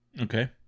okay